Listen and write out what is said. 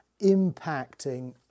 impacting